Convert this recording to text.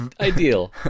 Ideal